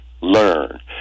learn